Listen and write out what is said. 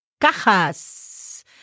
cajas